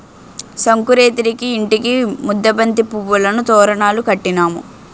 సంకురేతిరికి ఇంటికి ముద్దబంతి పువ్వులను తోరణాలు కట్టినాము